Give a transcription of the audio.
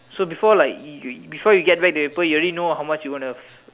so before like you before you get back the paper you already know how much you going to